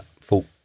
full